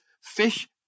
fish